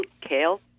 Kale